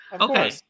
Okay